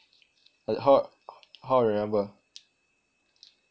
h~ how I remember